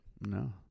No